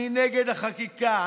אני נגד החקיקה,